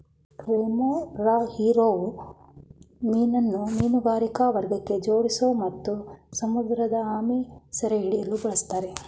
remora ಹೀರುವ ಮೀನನ್ನು ಮೀನುಗಾರಿಕಾ ಮಾರ್ಗಕ್ಕೆ ಜೋಡಿಸೋ ಮತ್ತು ಸಮುದ್ರಆಮೆ ಸೆರೆಹಿಡಿಯಲು ಬಳುಸ್ತಾರೆ